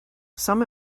some